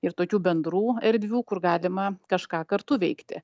ir tokių bendrų erdvių kur galima kažką kartu veikti